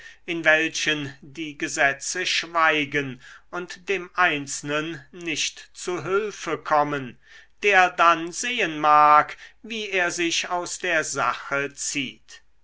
in welchen die gesetze schweigen und dem einzelnen nicht zu hülfe kommen der dann sehen mag wie er sich aus der sache zieht